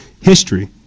history